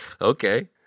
okay